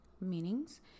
meanings